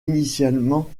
initialement